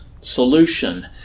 solution